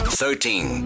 thirteen